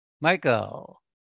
Michael